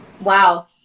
wow